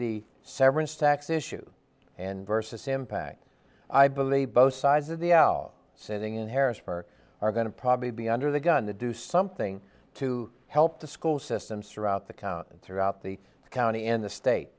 the severance tax issue and versus impact i believe both sides of the aisle sitting in harrisburg are going to probably be under the gun to do something to help the school systems throughout the county throughout the county and the state